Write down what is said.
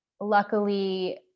luckily